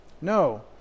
No